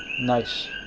nice.